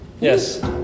Yes